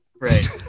Right